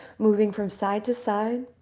moving from side to side.